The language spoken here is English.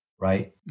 right